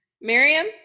Miriam